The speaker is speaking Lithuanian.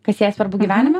kas jai svarbu gyvenime